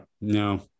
No